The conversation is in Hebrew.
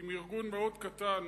עם ארגון מאוד קטן,